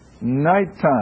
Nighttime